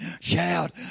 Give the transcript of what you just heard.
shout